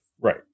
Right